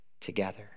together